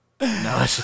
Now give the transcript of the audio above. No